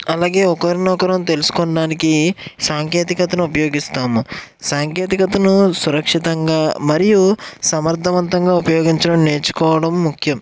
అలాగే ఒకరినొకరం తెలుసుకొనడానికి సాంకేతికతను ఉపయోగిస్తాము సాంకేతికతను సురక్షితంగా మరియు సమర్థవంతంగా ఉపయోగించడం నేర్చుకోవడం ముఖ్యం